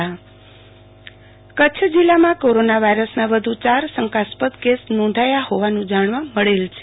આરતી ભટ કચ્છમાં corona case Kutch જિલ્લામાં corona વાયરસના વધુ ચાર શંકાસ્પદ કેસ નોંધાયા હોવાન જાણવા મળેલ છે